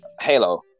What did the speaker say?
halo